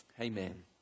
Amen